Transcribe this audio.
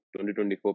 2024